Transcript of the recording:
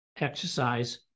exercise